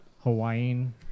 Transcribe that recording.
Hawaiian